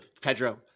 Pedro